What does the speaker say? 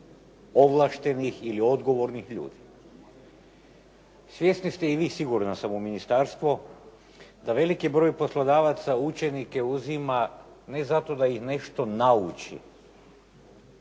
ovlaštenih ili odgovornih ljudi. Svjesni ste i vi siguran sam u ministarstvo da veliki broj poslodavaca učenike uzima, ne zato da ih nešto nauči,